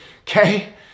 okay